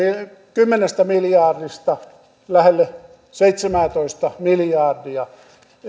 kymmenestä miljardista lähelle seitsemäätoista miljardia eli